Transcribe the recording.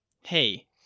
Hey